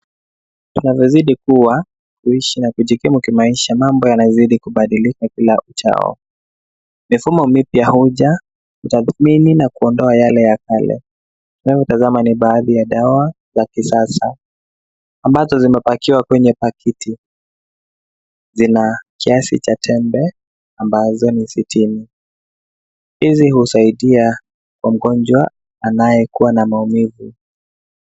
Ili kuzidi kua, kuishi na kujikimu kimaisha, mambo yanazidi kubadilika kila uchao. Mifumo mipya haujatathmini na kuondoa yale ya kale. Unayotazama ni baadhi ya dawa za kisasa, ambazo zimepakiwa kwenye pakiti. Zina kiasi cha tembe, ambazo ni sitini. Hizi husaidia kwa mgonjwa, anayekuwa na maumivu.